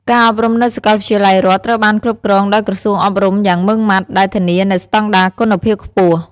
ការអប់រំនៅសាកលវិទ្យាល័យរដ្ឋត្រូវបានគ្រប់គ្រងដោយក្រសួងអប់រំយ៉ាងម៉ឺងម៉ាត់ ដែលធានានូវស្តង់ដារគុណភាពខ្ពស់។